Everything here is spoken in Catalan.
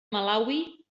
malawi